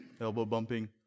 elbow-bumping